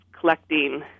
collecting